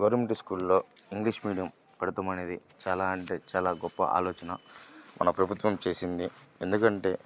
government స్కూల్లో English medium పెట్టడమనేది చాలా అంటే చాలా గొప్ప ఆలోచన మన ప్రభుత్వం చేసింది ఎందుకంటే